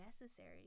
necessary